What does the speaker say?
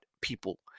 people